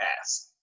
ask